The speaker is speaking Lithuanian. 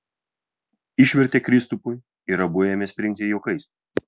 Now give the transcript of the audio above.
išvertė kristupui ir abu ėmė springti juokais